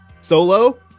solo